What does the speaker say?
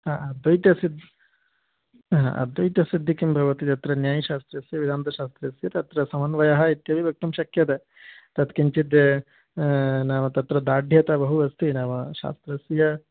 हा अद्वैतसिद्धिः आहा अद्वैतसिद्धिः किं भवति तत्र न्यायशास्त्रस्य वेदान्तशास्त्रस्य तत्र समन्वयः इत्यपि वक्तुं शक्यते तत्किञ्चिद् नाम तत्र दार्ढ्यं बहु अस्ति नाम शास्त्रस्य